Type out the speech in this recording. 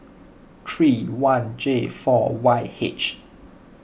three one J four Y H